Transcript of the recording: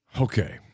okay